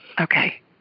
Okay